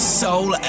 soul